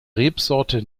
rebsorte